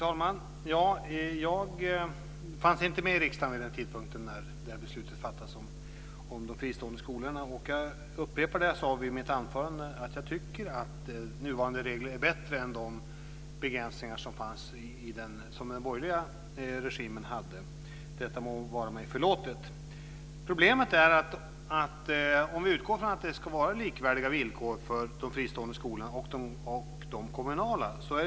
Fru talman! Jag fanns inte med i riksdagen vid den tidpunkt när beslutet om de fristående skolorna fattades. Jag upprepar det jag sade i mitt anförande, att jag tycker att nuvarande regler är bättre än de begränsningar som den borgerliga regimen hade. Detta må vara mig förlåtet. Det är problem om vi utgår från att det ska vara likvärdiga villkor för de fristående och de kommunala skolorna.